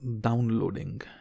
downloading